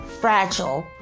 fragile